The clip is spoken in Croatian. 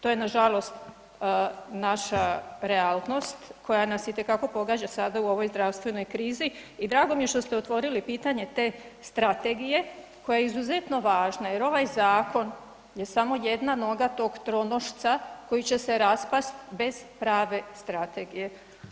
To je nažalost naša realnost koja nas itekako pogađa sada u ovoj zdravstvenoj krizi i drago mi je što ste otvorili pitanje te strategije koja je izuzetno važna jer ovaj zakon je samo jedna noga tog tronošca koji će se raspast bez prave strategije.